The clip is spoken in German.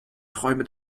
träume